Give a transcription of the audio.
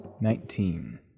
Nineteen